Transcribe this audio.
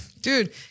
dude